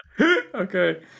okay